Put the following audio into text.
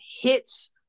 hits